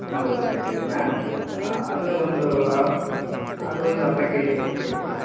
ನಲ್ವತ್ತು ರೂಪಾಯಿ ಕೆ ಜಿನಾ ಹಾಂ ಅದು ಒಂದು ಅದು ಒಂದು ಅರ್ಧ ಕೆ ಜಿ ಕೊಟ್ಟುಬಿಡ್ರಿ ಸರ್